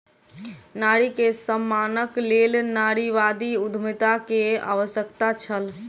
नारी के सम्मानक लेल नारीवादी उद्यमिता के आवश्यकता छल